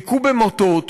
הכו במוטות,